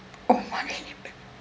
oh my